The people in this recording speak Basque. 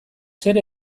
zer